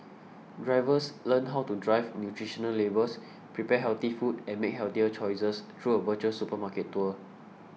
drivers learn how to drive nutritional labels prepare healthy food and make healthier choices through a virtual supermarket tour